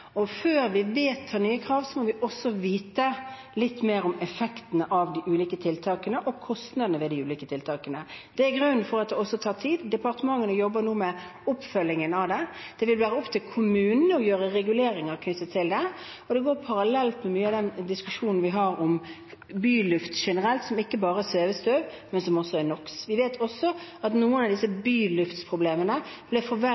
og før vi vedtar nye krav, må vi vite litt mer om effekten av de ulike tiltakene og kostnadene ved de ulike tiltakene. Det er grunnen til at det tar tid. Departementene jobber nå med oppfølgingen av dette. Det vil være opp til kommunene å gjøre reguleringer knyttet til dette, og det går parallelt med mye av den diskusjonen vi har om byluft generelt, som ikke bare kommer av svevestøv, men også av NOx. Vi vet også at noen av byluftsproblemene ble